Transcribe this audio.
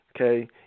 Okay